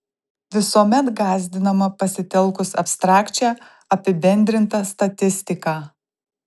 visuomet gąsdinama pasitelkus abstrakčią apibendrintą statistiką